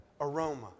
aroma